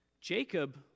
Jacob